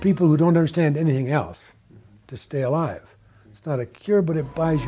people who don't understand anything else to stay alive it's not a cure but it buys